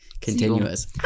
continuous